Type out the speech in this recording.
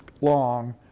long